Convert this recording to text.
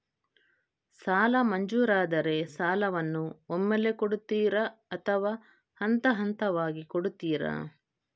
ಸಾಲ ಮಂಜೂರಾದರೆ ಸಾಲವನ್ನು ಒಮ್ಮೆಲೇ ಕೊಡುತ್ತೀರಾ ಅಥವಾ ಹಂತಹಂತವಾಗಿ ಕೊಡುತ್ತೀರಾ?